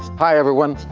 hi, everyone.